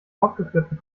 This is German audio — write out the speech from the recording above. aufgeführten